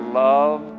love